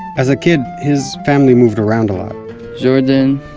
as a kid, his family moved around a lot jordan,